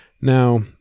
Now